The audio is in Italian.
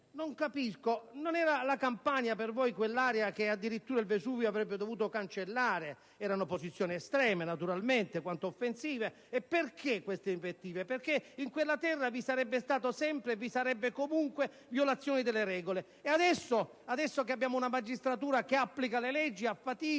Non capisco. Non era la Campania per voi quell'area che addirittura il Vesuvio avrebbe dovuto cancellare? Erano posizioni estreme, naturalmente, quanto offensive. Perché queste invettive? Perché in quella terra vi sarebbe stata sempre e comunque violazione delle regole. Adesso che abbiamo una magistratura che applica le leggi, a fatica,